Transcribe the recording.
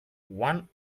one